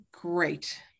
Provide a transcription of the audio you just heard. great